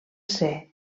ser